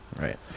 right